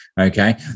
okay